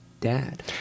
Dad